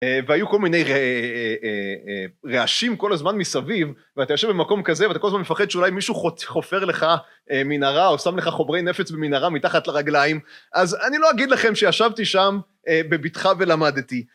והיו כל מיני רעשים כל הזמן מסביב, ואתה יושב במקום כזה ואתה כל הזמן מפחד שאולי מישהו חופר לך מנהרה או שם לך חומרי נפץ במנהרה מתחת לרגליים, אז אני לא אגיד לכם שישבתי שם בביטחה ולמדתי.